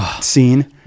scene